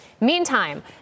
Meantime